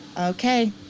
Okay